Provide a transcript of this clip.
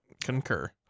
Concur